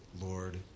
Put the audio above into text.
Lord